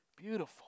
Beautiful